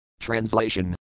Translation